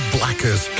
Blackers